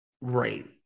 right